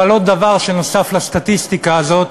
ועל עוד דבר שנוסף לסטטיסטיקה הזאת,